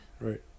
Right